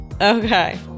Okay